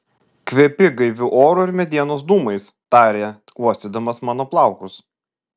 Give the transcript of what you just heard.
kvepi gaiviu oru ir medienos dūmais tarė uostydamas mano plaukus